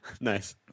nice